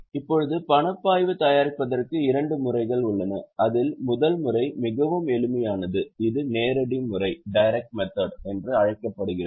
இப்போது பனப்பாய்வை தயாரிப்பதற்கு இரண்டு முறைகள் உள்ளன அதில் முதல் முறை மிகவும் எளிமையானது இது நேரடி முறை என்று அழைக்கப்படுகிறது